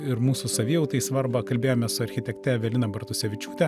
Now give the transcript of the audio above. ir mūsų savijautai svarbą kalbėjome su architekte evelina bartusevičiūte